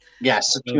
yes